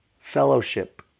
fellowship